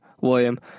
William